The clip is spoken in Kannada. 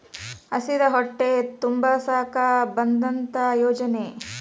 ಹಸಿದ ಹೊಟ್ಟೆ ತುಂಬಸಾಕ ಬಂದತ್ತ ಯೋಜನೆ